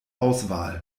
auswahl